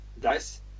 dice